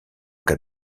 cas